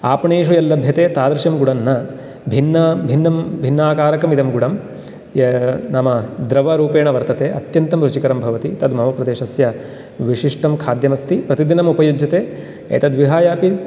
आपणेषु यल्लभ्यते तादृशं गुडन्न भिन्न भिन्नं भिन्नाकारकम् इदं गुडं नाम द्रवरूपेण वर्तते अत्यन्तं रुचिकरं भवति तद्मम प्रदेशस्य विशिष्टं खाद्यमस्ति प्रतिदिनम् उपयुज्यते एतद्विहाय अपि